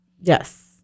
Yes